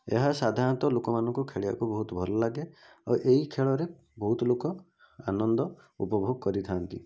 ଏହା ସାଧାରଣତଃ ଲୋକମାନଙ୍କୁ ଖେଳିବାକୁ ବହୁତ ଭଲ ଲାଗେ ଆଉ ଏଇ ଖେଳରେ ବହୁତ ଲୋକ ଆନନ୍ଦ ଉପଭୋଗ କରିଥାନ୍ତି